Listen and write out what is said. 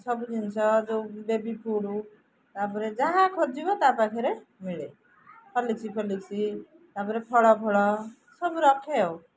ସବୁ ଜିନିଷ ଯୋଉ ବେବି ଫୁଡ୍ ତାପରେ ଯାହା ଖୋଜିବ ତା ପାଖରେ ମିଳେ ହର୍ଲିକ୍ସ ଫର୍ଲିକ୍ସ ତାପରେ ଫଳ ଫଳ ସବୁ ରଖେ ଆଉ